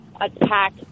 attack